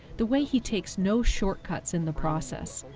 the way he takes no shortcuts in the process,